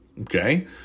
Okay